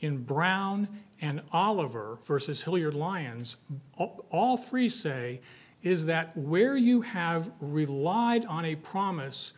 in brown and oliver versus hillier lyons all free say is that where you have relied on a promise